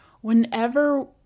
whenever